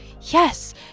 yes